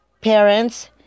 parents